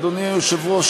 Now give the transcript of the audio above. אדוני היושב-ראש,